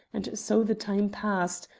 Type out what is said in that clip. and so the time passed,